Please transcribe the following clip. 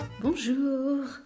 Bonjour